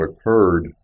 occurred